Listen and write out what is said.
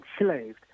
enslaved